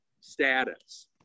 status